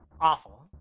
Awful